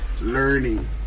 learning